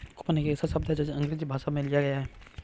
coupon एक ऐसा शब्द है जो अंग्रेजी भाषा से लिया गया है